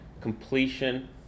completion